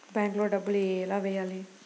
బ్యాంక్లో డబ్బులు ఎలా వెయ్యాలి?